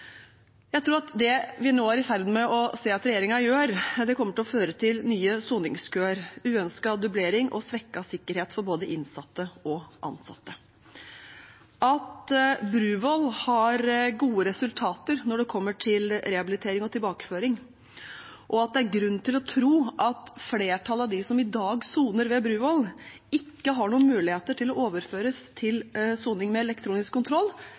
Jeg tror det vi nå er i ferd med å se regjeringen gjøre, kommer til å føre til nye soningskøer, uønsket dublering og svekket sikkerhet for både innsatte og ansatte. At Bruvoll har gode resultater når det kommer til rehabilitering og tilbakeføring, og at det er grunn til å tro at flertallet av dem som i dag soner ved Bruvoll, ikke har noen mulighet til å overføres til soning med elektronisk kontroll,